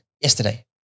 yesterday